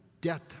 death